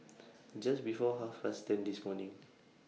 Just before Half Past ten This morning